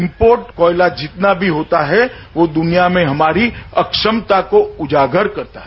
import कोयला जितना भी होता है वो दुनिया में हमारी अक्षमता को उजागर करता है